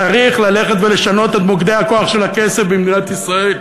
צריך ללכת ולשנות את מוקדי הכוח של הכסף במדינת ישראל.